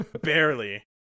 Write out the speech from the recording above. barely